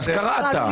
אז קראת.